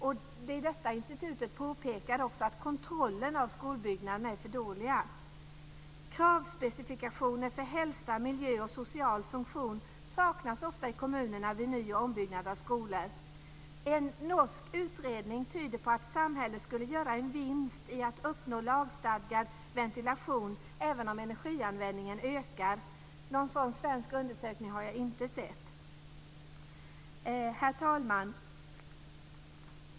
Det är detta institutet påpekar. Kontrollen av skolbyggnaderna är för dålig. Kravspecifikationer för hälsa, miljö och social funktion saknas ofta i kommunerna vid ny och ombyggnad av skolor. En norsk utredning tyder på att samhället skulle göra en vinst i att uppnå lagstadgad ventilation även om energianvändningen ökar. Någon sådan svensk undersökning har jag inte sett. Herr talman!